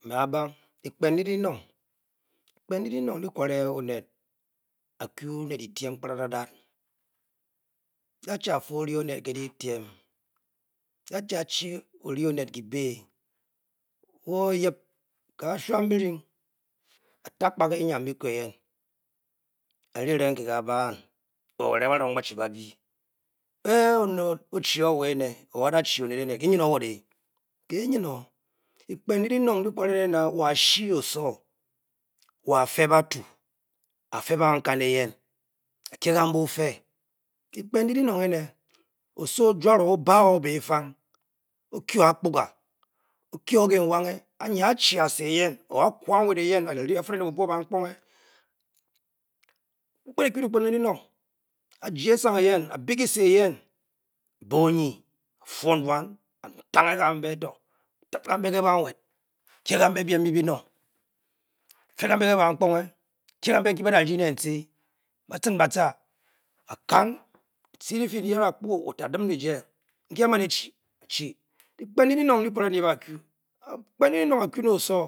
Me abang, dyikpen ndyi dinong dyikwãre onet aku ne dyitiẽm kprádádát da'-chi fe' ori-onet ké dyitiem, da'-chi-a'chi ori onet kyibi wo yip ká á shwam byiryiing alta'kba ke enyam bikõõ eyén ari kyirang n-ke ká ban or ari eringe ba'-rong ba-chi bá-byi onet o'chi-o wõ éné or wo a'-chi onet ene kyi nyn wo. Dé, ké nyn-o wo' de, kyi nyn-õ dyikpén ndyi-dyi nong dyi'kware nen áa-wõ-a-shee õsowõ wo afe batu afa' ba'kin-kan eyen a'kye ka'nbe- ofé dyikpen ndyi dinong èné osowo ojuará-o obáá-o büfañg o'kye akpuga ókyi-o kii'-wange anyi a-chi á-cá eyen o a'kwa nwet eyen a'ferẽ ne bu'bwõ bankpunge, a'kpet e'ku dyikpen ndyi-dyinong a ja esong eyen a'bi kyisé eyen a-bé onyi a'fun bwan a'tange ka'mbe to a'tip ka'nbe ke ba'a nwet a'kye kanbe byien nbyi byinong a'fe ka'mbe ka bankpunge a'kye ka'nbe nkyi ba'da kyi ne n-chi ba-cin ba'ca ba'kañ dyici a'fi nayi aa da kpu wo-tó a'dim di-jee nkyi a'ma'n e-chi a'-chi dyikpen ndyi dyikanong dyi kwere ndyi a'da kadyikpen ndyi dyinong a'ku ne osowo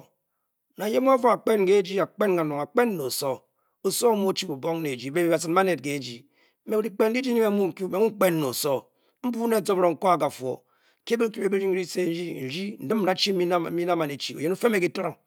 nang ye' mu'afu akpen kùji akpen kanong a'kpen ne osowo, osowo my'o o-chi bubong ne e-ji be bacin banet kîîjé me dyikpen ndyi ji dyi-mu ku me mu n'kpen ne osowo n'bu' ne afiring nkõõ-a akafuo o'kyinie byuryi dyicifiring nyri n-chi nkyi nda'man e-chi oyen o'fémẽ kyiteríng.